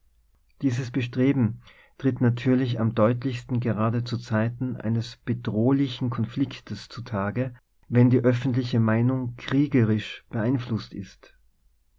dieses bestreben tritt natürlich am deutlichsten gerade zu zeiten eines bedrohlichen konfliktes zu tage wenn die öffentliche meinung kriegerisch beein flußt ist